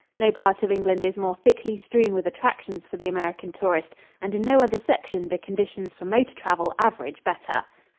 no part of england is more thickly strewn with attractions for the american tourist and in no other section do conditions for motor travel average better.